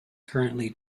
currently